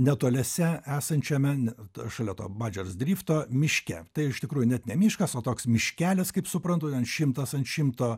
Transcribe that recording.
netoliese esančiame net šalia to badžiors drifto miške tai iš tikrųjų net ne miškas o toks miškelis kaip suprantu ten šimtas ant šimto